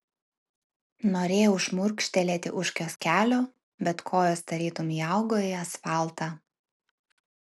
norėjau šmurkštelėti už kioskelio bet kojos tarytum įaugo į asfaltą